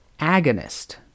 agonist